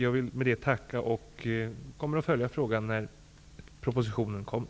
Jag vill med det tacka, och jag kommer att följa frågan när propositionen kommer.